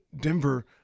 Denver